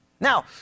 Now